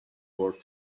world